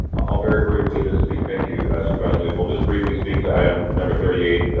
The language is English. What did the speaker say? i'll very briefly just speak, thank you, supervisor leopold, just briefly speak to item number thirty eight